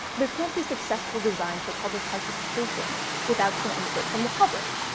there can't be successful design for public participation without some input from the public.